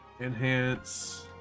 Enhance